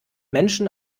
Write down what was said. menschen